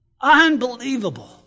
Unbelievable